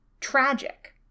tragic